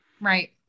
Right